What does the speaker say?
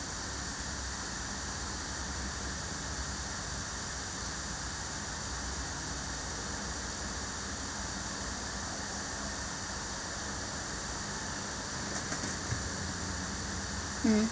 mm